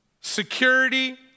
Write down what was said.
security